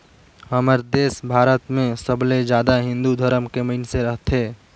हमर देस भारत मे सबले जादा हिन्दू धरम के मइनसे रथें